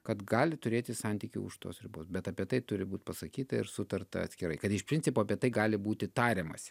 kad gali turėti santykių už tos ribos bet apie tai turi būt pasakyta ir sutarta atskirai kad iš principo bet tai gali būti tariamasi